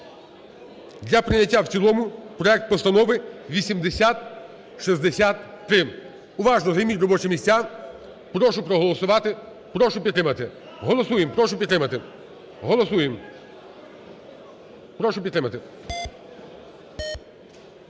для прийняття в цілому проект постанови 8063. Уважно! Займіть робочі місця, прошу проголосувати, прошу підтримати. Голосуєм! Прошу підтримати. Голосуєм. Прошу підтримати.